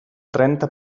trenta